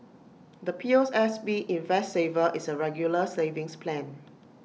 the P O S S B invest saver is A regular savings plan